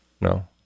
No